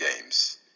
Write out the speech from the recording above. games